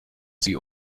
sie